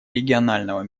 регионального